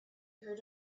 heard